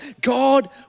God